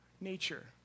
nature